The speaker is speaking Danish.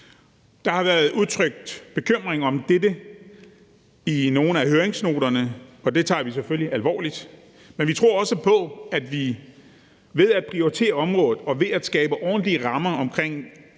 Der har været udtrykt bekymring over dette i nogle af høringssvarene, og det tager vi selvfølgelig alvorligt, men vi tror også på, at vi ved at prioritere området og ved at skabe ordentlige rammer for og